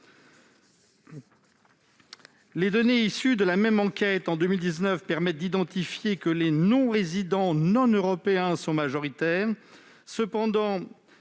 Les données issues de la même enquête de 2019 permettent d'identifier que les non-résidents non européens sont majoritaires,